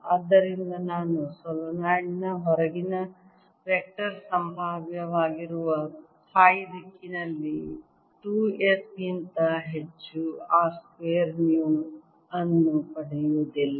ಆದ್ದರಿಂದ ನಾನು ಸೊಲೆನಾಯ್ಡ್ ನ ಹೊರಗಿನ ವೆಕ್ಟರ್ ಸಂಭಾವ್ಯವಾಗಿರುವ ಫೈ ದಿಕ್ಕಿನಲ್ಲಿ 2 s ಗಿಂತ ಹೆಚ್ಚು R ಸ್ಕ್ವೇರ್ ಮ್ಯೂ ಅನ್ನು ಪಡೆಯುವುದಿಲ್ಲ